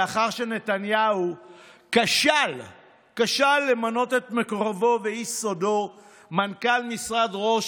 לאחר שנתניהו כשל למנות את מקורבו ואיש סודו מנכ"ל משרד ראש